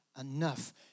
enough